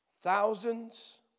Thousands